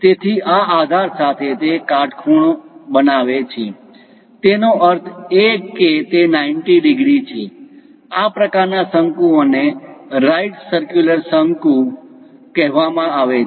તેથી આ આધાર સાથે તે કાટખૂણે બનાવે છે તેનો અર્થ એ કે તે 90 ડિગ્રી છે આ પ્રકારના શંકુઓ ને રાઈટ સરક્યુલર શંકુ right circular cone right circular cone કહેવામાં આવે છે